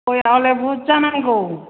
गयआ हले बुरजा नांगौ